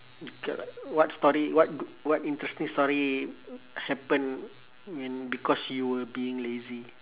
g~ what story what g~ what interesting story happened when because you were being lazy